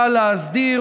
באה להסדיר